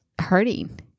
hurting